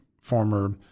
former